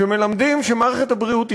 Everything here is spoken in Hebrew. שמלמדים שמערכת הבריאות חולה.